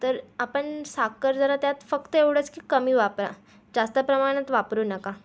तर आपण साखर जरा त्यात फक्त एवढंच की कमी वापरा जास्त प्रमाणात वापरू नका